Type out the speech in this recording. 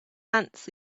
ants